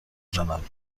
زند